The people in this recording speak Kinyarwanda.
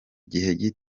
gihe